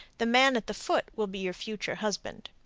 the man at the foot will be your future husband.